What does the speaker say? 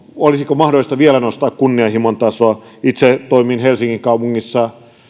olisiko mahdollista vielä nostaa kunnianhimon tasoa itse toimin myös helsingin kaupungissa